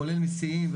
כולל מסיעים,